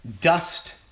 dust